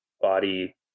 body